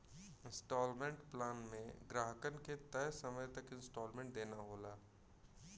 instalment plan में ग्राहकन के तय समय तक इन्सटॉलमेंट देना होला